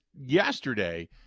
yesterday